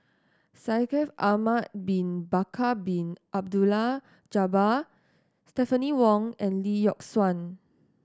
Shaikh Ahmad Bin Bakar Bin Abdullah Jabbar Stephanie Wong and Lee Yock Suan